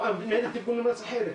או ניידת טיפול נמרץ אחרת,